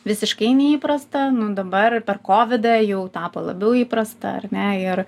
visiškai neįprasta nu dabar per kovidą jau tapo labiau įprasta ar ne ir